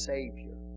Savior